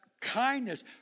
kindness